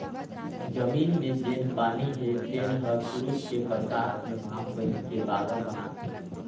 जमीन मे जेन पानी हे तेन हर सुरूज के परकास मे भांप बइनके बादर बनाथे